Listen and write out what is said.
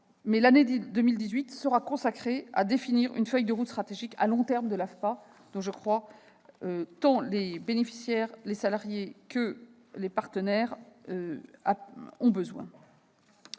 L'année 2018 sera consacrée à définir une feuille de route stratégique à long terme de l'AFPA dont les bénéficiaires, les salariés et les partenaires de cette